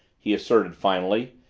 he asserted finally,